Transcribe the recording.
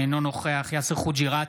אינו נוכח יאסר חוג'יראת,